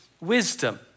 wisdom